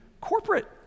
corporate